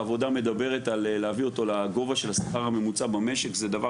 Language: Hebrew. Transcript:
העבודה מדברת על להביא אותו לגובה של השכר הממוצע במשק זה דבר